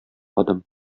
адым